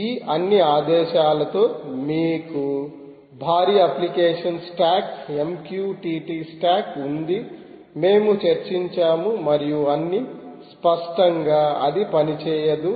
ఈ అన్ని ఆదేశాలతో మీకు భారీ అప్లికేషన్ స్టాక్ MQTT స్టాక్ ఉంది మేము చర్చించాము మరియు అన్నీ స్పష్టంగా అది పనిచేయదు